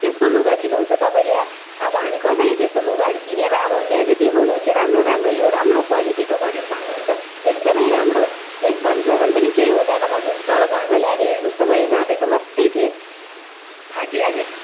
त्यस्तो लुगा दिनुहुन्छ तपाईँले अब हामी कसरी त्यस्तो लुगाहरू किनेर अब त्यहाँ चाहिँ देखाउनुहुन्छ राम्रो राम्रो यो राम्रो क्वालिटीको भनेर भन्नुहुन्छ एकदमै राम्रो एक बर्षसम्म पनि केही हुँदैन भन्नुहुन्छ तर घरमा ल्याएर हेर्नुहोस् त मैले नापेको मात्रै थिएँ फाटिहाल्यो